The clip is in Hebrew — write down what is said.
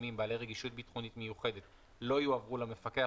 מסוימים בעלי רגישות ביטחונית מיוחדת לא יועברו למפקח,